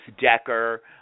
Decker